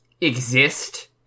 exist